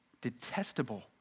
detestable